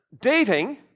dating